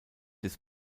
des